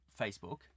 Facebook